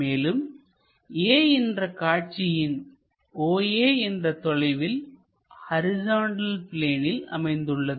மேலும் a என்ற காட்சியின் oa என்ற தொலைவில் ஹரிசாண்டல் பிளேனில் அமைந்துள்ளது